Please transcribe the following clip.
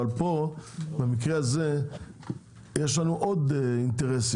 אבל פה במקרה הזה יש לנו עוד אינטרסים,